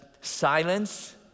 silence